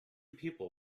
people